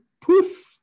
poof